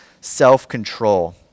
self-control